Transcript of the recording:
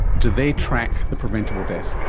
do they track the preventable deaths,